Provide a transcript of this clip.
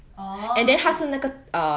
oh